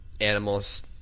animals